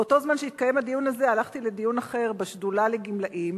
באותו זמן שהתקיים הדיון הזה הלכתי לדיון אחר בשדולה לגמלאים,